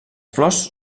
flors